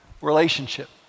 relationship